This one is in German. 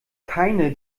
keine